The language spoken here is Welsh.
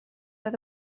oedd